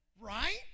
Right